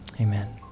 Amen